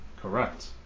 Correct